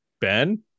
Ben